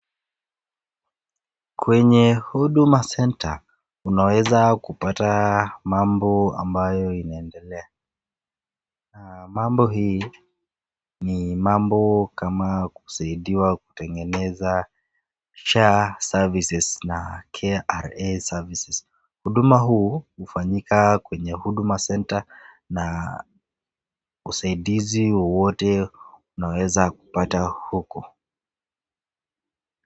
Kwenye huduma center unaweza kupata mambo ambayo inaendelea na mambo hii ni mambo kama kusaidiwa kutengeneza SHA services na KRA services . Huduma huu ufanyika kwenye huduma center na usaidizi wowote unaweza kupata huko.